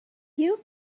you